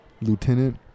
Lieutenant